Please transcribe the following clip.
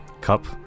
cup